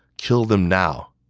kill them now.